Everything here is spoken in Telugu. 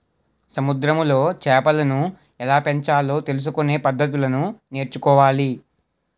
సముద్రములో చేపలను ఎలాపెంచాలో తెలుసుకొనే పద్దతులను నేర్చుకోవాలి